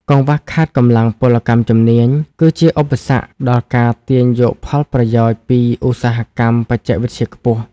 កង្វះខាតកម្លាំងពលកម្មជំនាញ គឺជាឧបសគ្គដល់ការទាញយកផលប្រយោជន៍ពីឧស្សាហកម្មបច្ចេកវិទ្យាខ្ពស់។